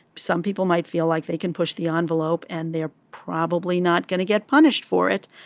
some people might feel like they can push the ah envelope and they're probably not going to get punished for it.